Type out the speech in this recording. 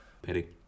Pity